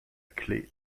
clef